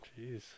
Jeez